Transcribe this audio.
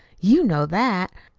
you know that.